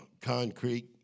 concrete